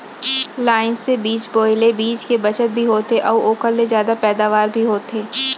line से बीज बोए ले बीच के बचत भी होथे अउ ओकर ले जादा पैदावार भी होथे